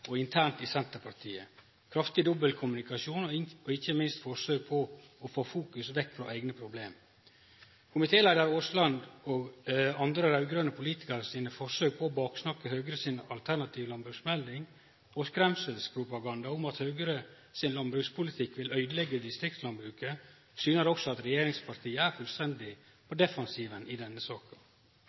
og internt i Senterpartiet, kraftig dobbelkommunikasjon og ikkje minst forsøk på å få fokus vekk frå eigne problem. Komitéleiar Aasland og andre raud-grøne politikarar sine forsøk på å baksnakke Høgre si alternative landbruksmelding og skremselspropaganda om at Høgre sin landbrukspolitikk vil øydeleggje distriktslandbruket, syner også at regjeringspartia er fullstendig på defensiven i denne saka.